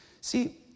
See